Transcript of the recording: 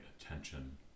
attention